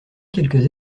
quelques